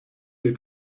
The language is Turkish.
bir